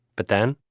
but then